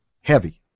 heavy